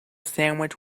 sandwich